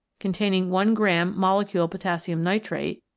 containing one gramm molecule potassium nitrate,